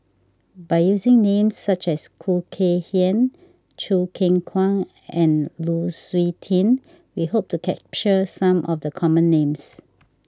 by using names such as Khoo Kay Hian Choo Keng Kwang and Lu Suitin we hope to capture some of the common names